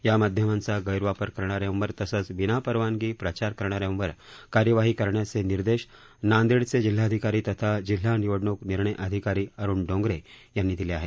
या माध्यामांचा गैरवापर करणाऱ्यांवर तसंच विनापरवानगी प्रचार करणाऱ्यांवर कार्यवाही करण्याचे निर्देश नांदेडचे जिल्हाधिकारी तथा जिल्हा निवडणुक निर्णय अधिकारी अरुण डोंगरे दिले आहेत